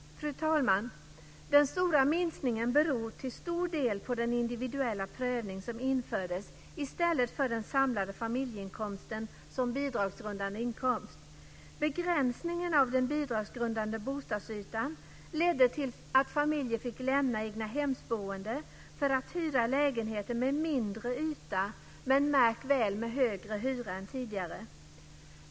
Fru talman! Den stora minskningen beror till stor del på den individuella prövning som infördes i stället för den samlade familjeinkomsten som bidragsgrundande inkomst. Begränsningen av den bidragsgrundande bostadsytan ledde till att familjer fick lämna egnahemsboende för att hyra lägenheter med mindre yta, men, märk väl, med högre hyra än tidigare.